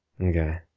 Okay